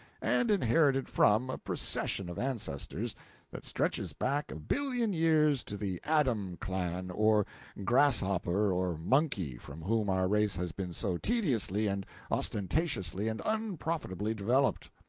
and inherited from, a procession of ancestors that stretches back a billion years to the adam-clam or grasshopper or monkey from whom our race has been so tediously and ostentatiously and unprofitably developed.